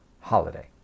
holiday